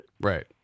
Right